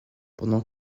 pendant